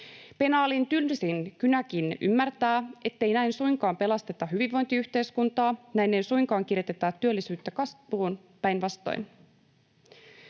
Penaalin tylsin kynäkin ymmärtää, ettei näin suinkaan pelasteta hyvinvointiyhteiskuntaa, näin ei suinkaan kiritetä työllisyyttä kasvuun — päinvastoin.